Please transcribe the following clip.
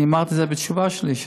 אני אמרתי את זה בתשובה שלי,